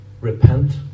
Repent